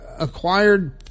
Acquired